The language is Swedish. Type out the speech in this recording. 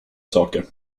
saker